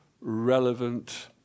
relevant